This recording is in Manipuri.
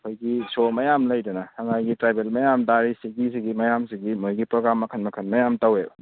ꯑꯩꯈꯣꯏꯒꯤ ꯁꯣ ꯃꯌꯥꯝ ꯂꯩꯗꯅ ꯉꯁꯥꯏꯒꯤ ꯇ꯭ꯔꯥꯏꯕꯦꯜ ꯃꯌꯥꯝ ꯇꯥꯔꯤꯁꯤꯒꯤ ꯁꯤꯒꯤ ꯃꯌꯥꯝꯁꯤꯒꯤ ꯃꯣꯏꯒꯤ ꯄ꯭ꯔꯣꯒ꯭ꯔꯥꯝ ꯃꯈꯜ ꯃꯈꯜ ꯃꯌꯥꯝ ꯇꯧꯋꯦꯕ